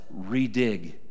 redig